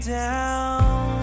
down